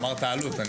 דיברת על עלות.